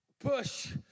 push